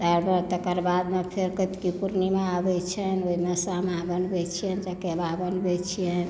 तकर बाद फेर कार्तिक पूर्णिमा अबै छनि ओहिमे सामा बनबै छियनि चकेबा बनबै छियनि